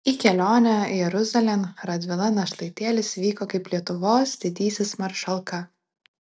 į kelionę jeruzalėn radvila našlaitėlis vyko kaip lietuvos didysis maršalka